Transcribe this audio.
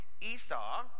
Esau